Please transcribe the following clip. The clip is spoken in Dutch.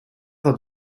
dat